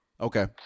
Okay